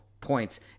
points